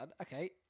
okay